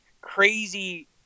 crazy